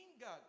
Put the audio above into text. God